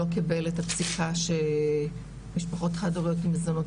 לא קיבל את הפסיקה שמשפחות חד-הוריות עם מזונות,